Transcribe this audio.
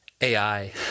AI